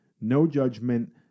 no-judgment